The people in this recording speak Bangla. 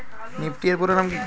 নিফটি এর পুরোনাম কী?